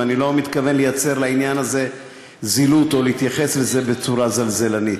ואני לא מתכוון לייצר לעניין הזה זילות או להתייחס לזה בצורה זלזלנית.